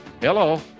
Hello